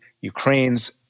Ukraine's